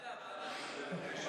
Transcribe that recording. ועדה, ועדה.